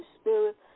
Spirit